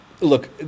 look